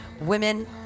women